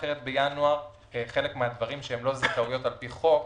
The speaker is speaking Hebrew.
אחרת, חלק מהדברים שהם לא זכאויות על פי חוק,